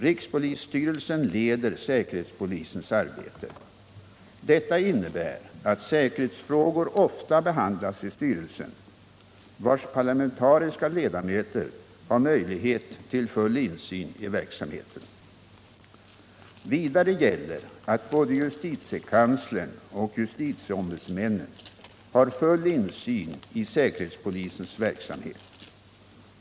Rikspolisstyrelsen leder säkerhetspolisens arbete. Detta innebär att säkerhetsfrågor ofta behandlas i styrelsen, vars parlamentariska ledamöter har möjlighet till full insyn i verksamheten. Vidare gäller att både justitiekanslern och justitieombudsmännen har full insyn i säkerhetspolisens verksamhet.